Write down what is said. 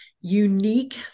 unique